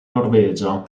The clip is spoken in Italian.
norvegia